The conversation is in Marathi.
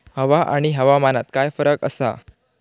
हवा आणि हवामानात काय फरक असा?